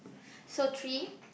so tree